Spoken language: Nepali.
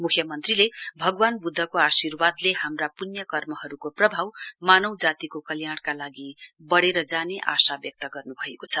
मुख्यमन्त्रीले भगवान् बुद्धको आशीर्वादले हाम्रा प्ण्य कर्महरूको प्रभाव मानवजातिका लाभार्थ बढेर जाने आशा व्यक्त गर्न् भएको छ